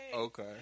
Okay